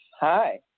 Hi